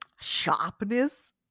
sharpness